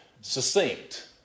succinct